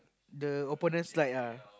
the opponent slide ah